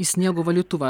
į sniego valytuvą